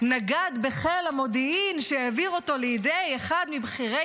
נגד בחיל המודיעין שהעביר אותו לידי אחד מבכירי